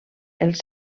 els